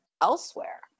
elsewhere